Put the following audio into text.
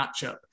matchup